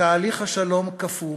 תהליך השלום קפוא,